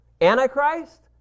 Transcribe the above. Antichrist